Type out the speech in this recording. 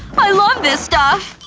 i love this stuff!